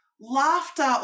laughter